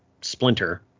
splinter